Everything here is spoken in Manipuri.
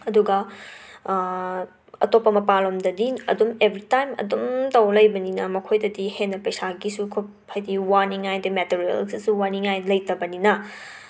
ꯑꯗꯨꯒ ꯑꯇꯣꯞꯄ ꯃꯄꯥꯜꯂꯣꯝꯗꯗꯤ ꯑꯗꯨꯝ ꯑꯦꯕ꯭ꯔꯤꯇꯥꯏꯝ ꯑꯗꯨꯝ ꯇꯧꯔ ꯂꯩꯕꯅꯤꯅ ꯃꯈꯣꯏꯗꯗꯤ ꯍꯦꯟꯅ ꯄꯩꯁꯥꯒꯤꯁꯨ ꯈꯨꯞ ꯍꯥꯏꯗꯤ ꯋꯥꯅꯤꯡꯉꯥꯏ ꯗꯩ ꯃꯦꯇꯔꯤꯌꯦꯜ ꯑꯁꯤꯁꯨ ꯋꯥꯅꯤꯡꯉꯥꯏ ꯂꯩꯇꯕꯅꯤꯅ